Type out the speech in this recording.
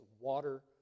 water